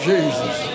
Jesus